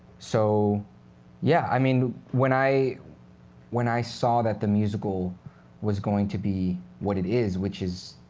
so yeah. i mean, when i when i saw that the musical was going to be what it is, which is